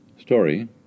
Story